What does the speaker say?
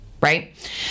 right